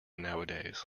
nowadays